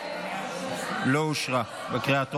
לא אושרה בקריאה הטרומית,